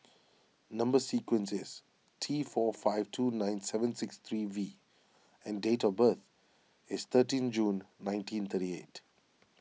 Number Sequence is T four five two nine seven six three V and date of birth is thirteenth June nineteen thirty eight